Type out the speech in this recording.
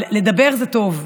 לדבר זה טוב,